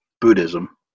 Buddhism